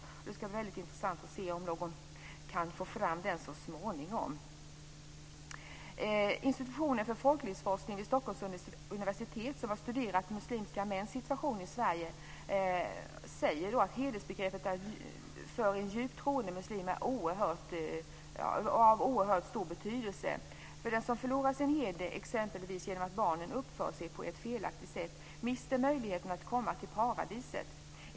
Och det skulle vara väldigt intressant att se om någon kan få fram den så småningom. Stockholms universitet, som har studerat muslimska mäns situation i Sverige, är hedersbegreppet för en djupt troende muslim av oerhört stor betydelse. Den som förlorar sin heder, exempelvis genom att barnen uppför sig på ett felaktigt sätt, mister möjligheten att komma till paradiset.